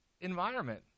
environment